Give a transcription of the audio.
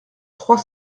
trois